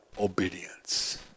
obedience